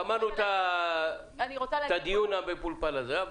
גמרנו את הדיון המפולפל הזה.